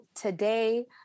today